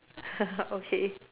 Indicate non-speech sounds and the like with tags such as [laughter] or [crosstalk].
[laughs] okay